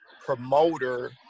promoter